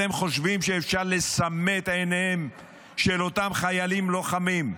אתם חושבים שאפשר לסמא את עיניהם של אותם חיילים לוחמים,